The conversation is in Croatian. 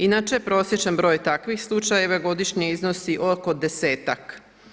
Inače, prosječan broj takvih slučajeva godišnje iznosi oko 10-ak.